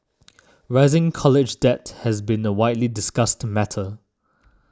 rising college debt has been a widely discussed matter